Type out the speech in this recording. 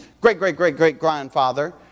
great-great-great-great-grandfather